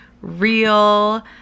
real